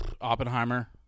Oppenheimer